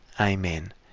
Amen